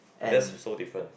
that's so different